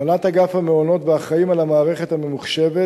הנהלת אגף המעונות והאחראים על המערכת הממוחשבת